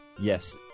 Yes